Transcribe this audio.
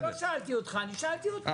לא שאלתי אותך, שאלתי אותו, את יוגב.